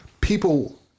people